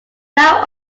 now